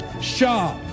sharp